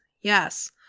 yes